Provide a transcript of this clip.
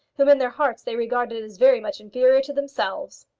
whom in their hearts they regarded as very much inferior to themselves!